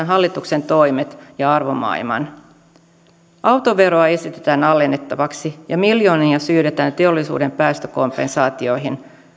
hallituksen toimet ja arvomaailman autoveroa esitetään alennettavaksi ja miljoonia syydetään teollisuuden päästökompensaatioihin